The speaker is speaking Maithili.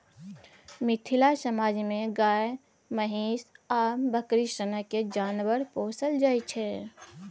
मिथिला समाज मे गाए, महीष आ बकरी सनक जानबर पोसल जाइ छै